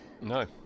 No